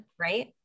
right